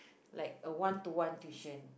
like a one to one tuition